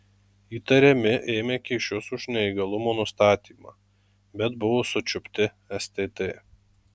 įtariami ėmę kyšius už neįgalumo nustatymą bet buvo sučiupti stt